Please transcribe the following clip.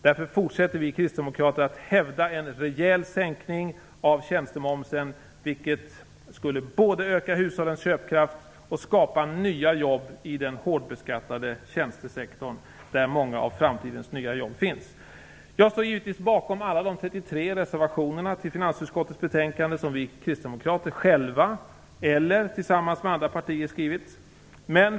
Därför fortsätter vi kristdemokrater att hävda en rejäl sänkning av tjänstemomsen, vilket skulle både öka hushållens köpkraft och skapa nya jobb i den hårdbeskattade tjänstesektorn där många av framtidens nya jobb finns. Jag står givetvis bakom alla de 33 reservationer till finansutskottets betänkande som vi kristdemokrater själva eller tillsammans med andra partier har skrivit.